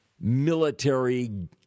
military